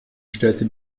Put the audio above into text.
stellte